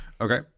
Okay